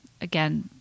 Again